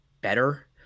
better